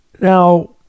now